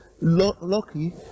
Lucky